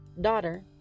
daughter